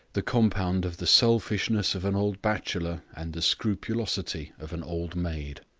the compound of the selfishness of an old bachelor and the scrupulosity of an old maid.